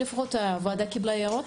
הוועדה קיבלה הערות?